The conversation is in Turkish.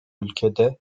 ülkede